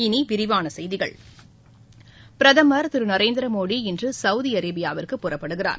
இனிவிரிவானசெய்திகள் பிரதமர் திருநரேந்திரமோடி இன்றுசவுதிஅரேபியாவிற்கு புறப்படுகிறார்